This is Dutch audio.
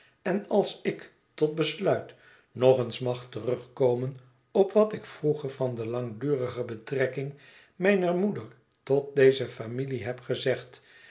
en als ik tot besluit nog eens mag terugkomen op wat ik vroeger van de langdurige betrekking mijner moeder tot deze familie heb gezegd